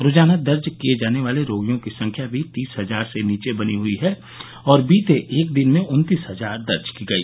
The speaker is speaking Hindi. रोजाना दर्ज किए जाने वाले रोगियों की संख्या भी तीस हजार से नीचे बनी हई है और बीते एक दिन में उन्तीस हजार दर्ज की गई